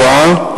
טובה,